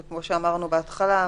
אבל כמו שאמרנו בהתחלה,